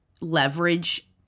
leverage-